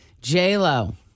J-Lo